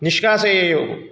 निष्कासयेयुः